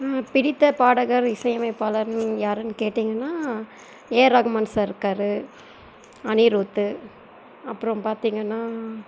பிடித்த பாடகர் இசை அமைப்பாளர் யாருன்னு கேட்டிங்கனால் ஏஆர் ரகுமான் சார் இருக்கார் அனிருத் அப்புறம் பார்த்திங்கனா